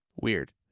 Weird